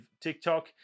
TikTok